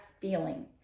feeling